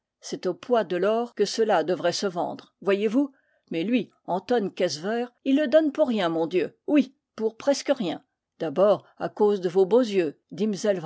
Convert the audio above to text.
c'est au poids de l'or que cela devrait se vendre voyez-vous mais lui antôn quesseveur il le donne pour rien mon dieu oui pour presque rien d'abord à cause de vos beaux yeux